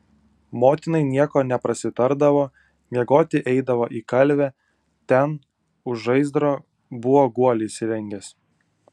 motinai nieko neprasitardavo miegoti eidavo į kalvę ten už žaizdro buvo guolį įsirengęs